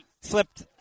slipped